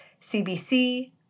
CBC